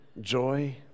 joy